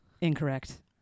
Incorrect